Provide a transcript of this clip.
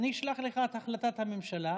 אני אשלח לך את החלטת הממשלה,